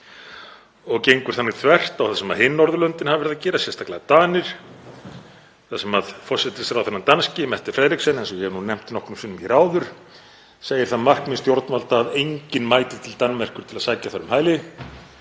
Það gengur þvert á það sem hin Norðurlöndin hafa verið að gera, sérstaklega Danir, þar sem forsætisráðherrann danski, Mette Frederiksen, eins og ég hef nefnt nokkrum sinnum áður, segir það markmið stjórnvalda að enginn mæti til Danmerkur til að sækja um hæli